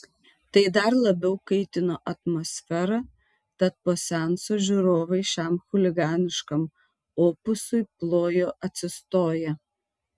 tai dar labiau kaitino atmosferą tad po seanso žiūrovai šiam chuliganiškam opusui plojo atsistoję